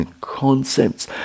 concepts